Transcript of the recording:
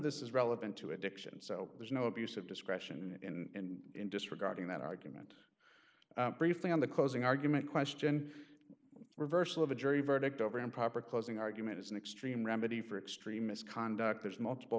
this is relevant to addiction so there's no abuse of discretion in in disregarding that argument briefly on the closing argument question reversal of a jury verdict over improper closing argument is an extreme remedy for extreme misconduct there's multiple